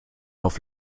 auf